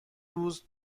روز